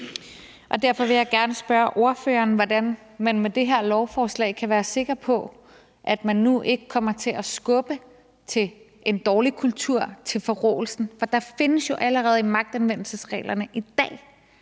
og derfor vil jeg gerne spørge ordføreren, hvordan man med det her lovforslag kan være sikker på, at man nu ikke kommer til at skubbe til en dårlig kultur og til forråelsen. For der findes jo allerede i magtanvendelsesreglerne i dag